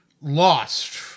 lost